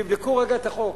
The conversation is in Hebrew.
תבדקו רגע את החוק,